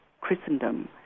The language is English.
Christendom